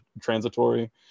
transitory